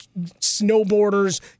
snowboarders